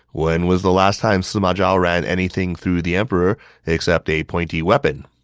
when was the last time sima zhao ran anything through the emperor except a pointy weapon?